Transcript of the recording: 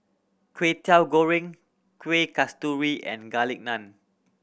Kway Teow Goreng Kuih Kasturi and Garlic Naan